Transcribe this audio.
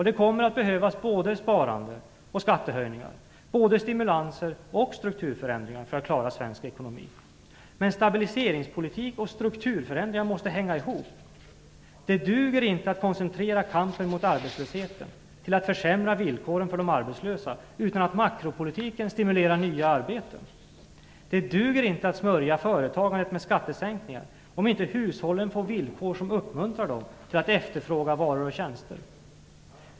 Det kommer att behövas både sparande och skattehöjningar, både stimulanser och strukturförändringar, för att klara svensk ekonomi. Men stabiliseringspolitik och strukturförändringar måste hänga ihop. Det duger inte att koncenterera kampen mot arbetslösheten på att försämra villkoren för de arbetslösa utan att makropolitiken stimulerar nya arbeten. Det duger inte att smörja företagen med skattesänkningar om inte hushållen får villkor som uppmuntrar dem till att efterfråga varor och tjänster.